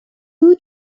due